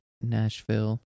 Nashville